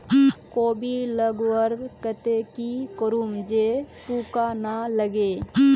कोबी लगवार केते की करूम जे पूका ना लागे?